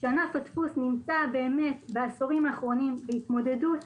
כאשר ענף הדפוס נמצא באמת בעשורים האחרונים בהתמודדות